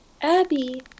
Abby